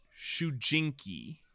Shujinki